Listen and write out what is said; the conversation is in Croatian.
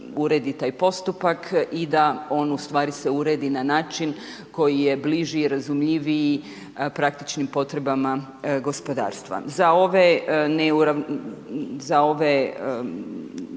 uredi taj postupak i da on se uredi na način koji je bliži, razumljiviji praktičnim potrebama gospodarstva. Za ove ne